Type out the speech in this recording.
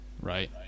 right